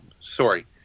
sorry